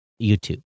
YouTube